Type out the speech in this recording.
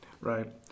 Right